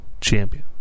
champion